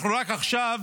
אנחנו רק עכשיו